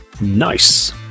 nice